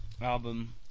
album